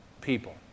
people